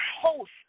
host